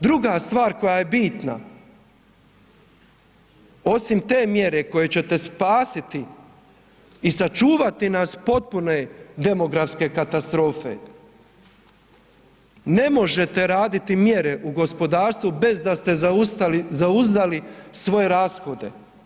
Druga stvar koja je bitna, osim te mjere koje ćete spasiti i sačuvati nas potpune demografske katastrofe, ne možete raditi mjere u gospodarstvu bez da ste zauzdali svoje rashode.